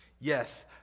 Yes